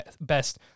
best